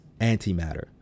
antimatter